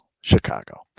Chicago